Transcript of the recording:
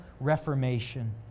reformation